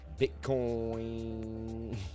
bitcoin